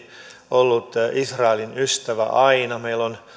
ollut israelin ystävä aina meillä on